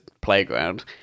playground